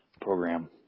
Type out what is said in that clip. program